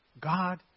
God